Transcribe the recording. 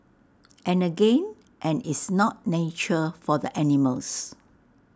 and again and it's not nature for the animals